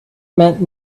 meant